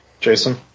Jason